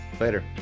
Later